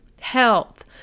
health